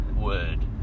word